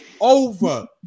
over